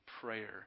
prayer